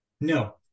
No